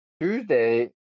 Tuesday